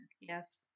Yes